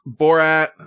Borat